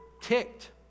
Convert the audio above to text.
ticked